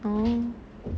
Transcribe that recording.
oo